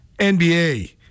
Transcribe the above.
NBA